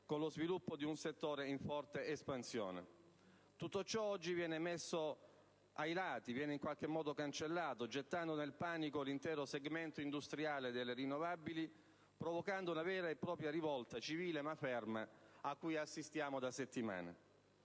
per lo sviluppo di un settore in forte espansione. Tutto ciò oggi viene nei fatti cancellato, gettando nel panico l'intero segmento industriale delle energie rinnovabili, provocando una vera e propria rivolta, civile ma ferma, cui assistiamo da settimane.